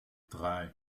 drei